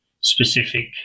specific